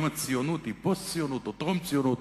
האם הציונות היא פוסט-ציונות או טרום-ציונות.